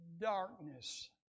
darkness